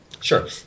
Sure